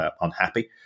unhappy